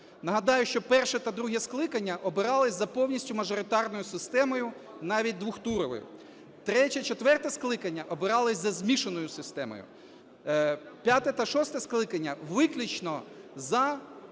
Нагадаю, що перше та друге скликання обирались за повністю мажоритарною системою, навіть двотуровою. Третє і четверте скликання обирались за змішаною системою. П'яте та шосте скликання - виключно за